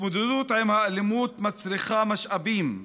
התמודדות עם האלימות מצריכה משאבים,